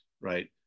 Right